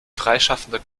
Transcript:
freischaffender